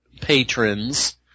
patrons